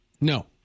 no